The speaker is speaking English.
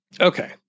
Okay